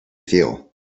feel